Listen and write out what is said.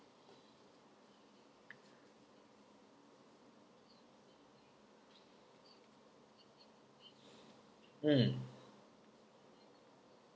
mm